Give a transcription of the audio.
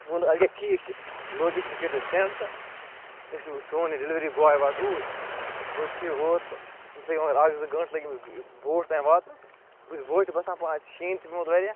ووٚنُن اَدٕ کیٛاہ ٹھیٖک چھِ لوکیشَن کٔرۍزِ سٮ۪نٛڈ تہٕ أسۍ وۄنۍ سون یہِ ڈِلؤری باے واتہٕ اوٗرۍ گوٚو ٹھیٖک ووت تہٕ أمِس لٔگۍ مگر اَکھ زٕ گٲنٛٹہٕ لٔگۍ أمِس بوٹھ تام واتنَس بہٕ چھُس بوٹھہِ بسان پانہٕ اَتہِ چھِ شیٖن تہِ پیوٚمُت واریاہ